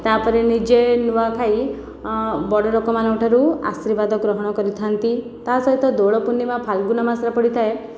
ତା'ପରେ ନିଜେ ନୂଆଖାଇ ଆଁ ବଡ଼ଲୋକ ମାନଙ୍କ ଠାରୁ ଆର୍ଶୀବାଦ ଗ୍ରହଣ କରିଥାନ୍ତି ତା'ସହିତ ଦୋଳପୂର୍ଣ୍ଣିମା ଫାଲଗୁନ ମାସରେ ପଡ଼ିଥାଏ